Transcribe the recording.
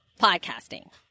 podcasting